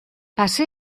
pasé